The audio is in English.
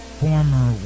former